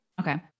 Okay